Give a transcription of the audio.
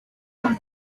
amb